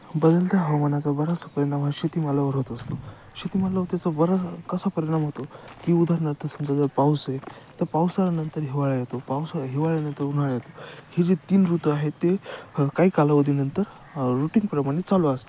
बदलत्या हवामानाचा बराचसा परिणाम हा शेतीमालावर होत असतो शेतीमालावर त्याचा बराच कसा परिणाम होतो की उदाहरणार्थ समजा जर पाऊस आहे तर पावसाळ्यानंतर हिवाळा येतो पावसाळा हिवाळ्यानंतर उन्हाळा येतो हे जे तीन ऋतू आहेत ते काही कालावधीनंतर रूटीनप्रमाणे चालू असतं